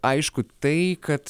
aišku tai kad